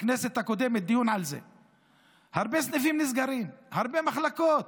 בכנסת הקודמת, הרבה סניפים נסגרים, הרבה מחלקות.